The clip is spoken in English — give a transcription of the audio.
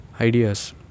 ideas